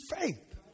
faith